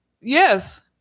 yes